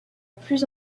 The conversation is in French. plus